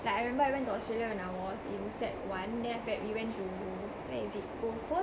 like I remember I went to Australia and I was in sec one then after that we went to where is it gold coast